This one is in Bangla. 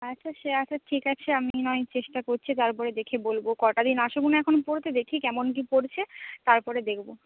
আচ্ছা সে আচ্ছা ঠিক আছে আমি নয় চেষ্টা করছি তারপরে দেখে বলবো কটা দিন আসুক না এখন পড়তে দেখি কেমন কি পড়ছে তারপরে দেখবো